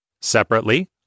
Separately